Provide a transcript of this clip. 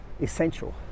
essential